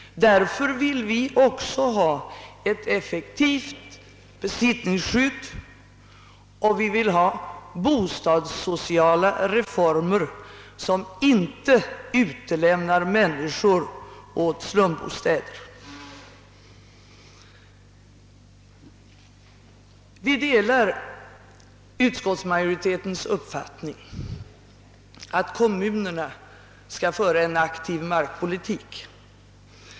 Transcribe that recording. Därför vill vi också ha ett effektivt besittningsskydd och bostadssociala reformer, så att vi inte utlämnar människor åt slumbostäder. Vi delar utskottets uppfattning, att kommunerna skall föra en aktiv markpolitik.